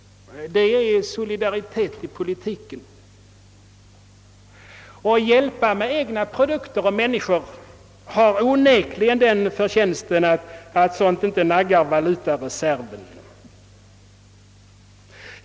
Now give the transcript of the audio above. Det är solidaritet i politiken. Hjälp med egna produkter och människor har onekligen den förtjänsten att inte nagga valutareserven.